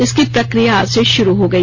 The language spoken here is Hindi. इसके प्रक्रिया आज से शुरू हो गई